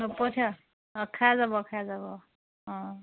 অঁ খাই যাব খাই যাব অঁ